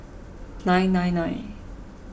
nine nine nine